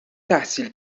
تحصیل